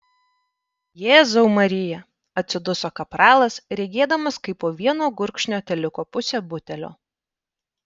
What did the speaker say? jėzau marija atsiduso kapralas regėdamas kaip po vieno gurkšnio teliko pusė butelio